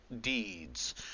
deeds